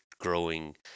growing